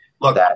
Look